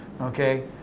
Okay